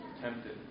tempted